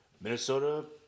Minnesota